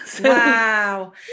wow